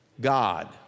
God